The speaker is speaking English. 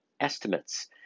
estimates